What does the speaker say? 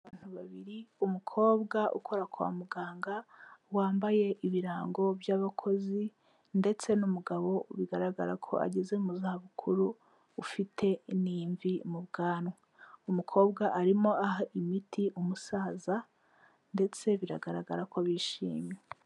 Abantu babiri umukobwa ukora kwa muganga wambaye ibirango bya'abakozi ndetse n'umugabo bigaragara ko ageze mu za bukuru ufite n'imvi mu bwanwa, umukobwa arimo aha imiti umusaza ndetse biragaragara ko bishimye.